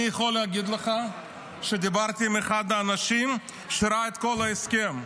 אני יכול להגיד לך שדיברתי עם אחד מהאנשים שראה את כל ההסכם.